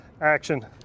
action